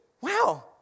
wow